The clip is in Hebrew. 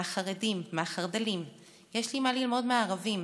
מהחרדים, מהחרד"לים, יש לי מה ללמוד מהערבים,